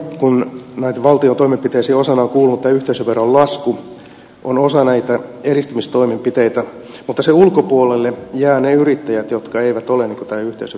kun näihin valtion toimenpiteisiin osana on kuulunut tämän yhteisöveron lasku se on osa näitä edistämistoimenpiteitä mutta sen ulkopuolelle jäävät ne yrittäjät jotka eivät ole tämän yhteisöveron piirissä